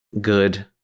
good